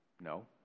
No